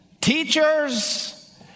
Teachers